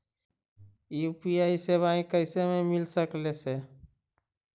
UPI सेवाएं कैसे हमें मिल सकले से?